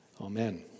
Amen